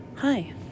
Hi